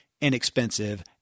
inexpensive